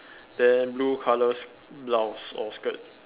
then blue colour s~ blouse or skirt